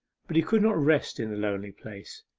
but he could not rest in the lonely place.